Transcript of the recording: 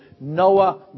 Noah